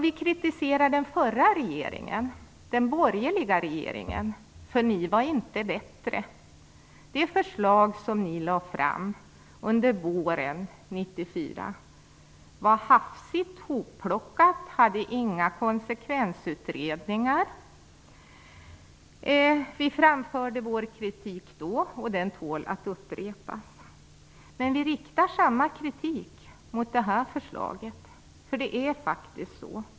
Vi kritiserar den förra, borgerliga, regeringen. Ni var inte bättre. Det förslag ni lade fram under våren 1994 var hafsigt hopplockat, hade inga konsekvensutredningar. Vi framförde vår kritik då, och den tål att upprepas. Men vi riktar samma kritik mot det här förslaget.